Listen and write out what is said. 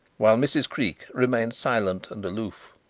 while mrs. creake remained silent and aloof.